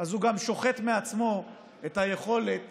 אז הוא גם שוחט מעצמו את היכולת